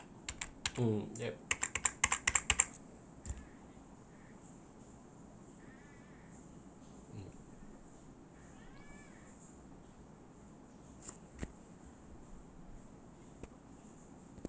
mm yep mm